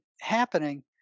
happening